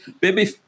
baby